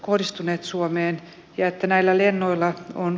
uudistuneet suomeen ja että näillä herr talman